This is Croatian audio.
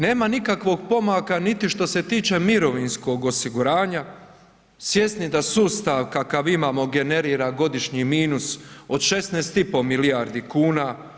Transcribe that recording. Nema nikakvog pomaka niti što se tiče mirovinskog osiguranja, svjesni da sustav kakav imamo generira godišnji minus od 16,5 milijardi kuna.